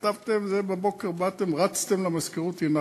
כתבתם את זה ובבוקר רצתם למזכירות והנחתם.